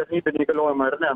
tarnybiniai įgaliojimai ar ne